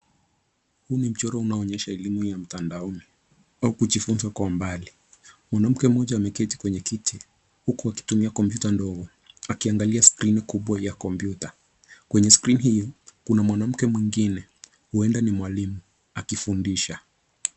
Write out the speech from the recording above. Huu ni nchoro unaoonyesha elimu ya mtandaoni au kujifunza kwa umbali. Mwanamke moja ameketi kwenye kiti huku akitumia kompyuta ndogo akiangalia skrini kubwa ya kompyuta. Kwenye skrini hiyo kuna mwanamke mwingine huenda ni mwalimu akifundisha.